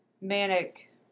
manic